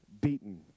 beaten